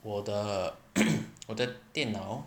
我的我的电脑 lor